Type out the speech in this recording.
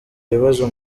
ibibazo